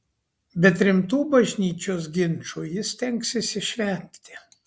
bet rimtų bažnyčios ginčų ji stengsis išvengti